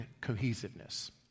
cohesiveness